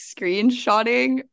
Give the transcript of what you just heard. screenshotting